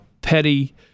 petty